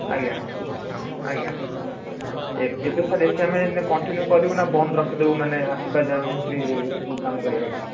ଆଜ୍ଞା ଆଜ୍ଞା ଏବେ ସାର୍ ଏ ସି ଆମେ କଣ୍ଟିନ୍ୟୁ କରିବୁ ନା ବନ୍ଦ ରଖିଦବୁ ମାନେ ଆସିବା ଯାଏଁ ମିସ୍ତ୍ରୀ ତାକୁ କାମ କରିବା ପାଇଁ